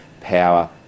power